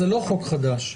זה לא חוק חדש.